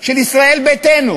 של ישראל ביתנו,